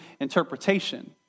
interpretation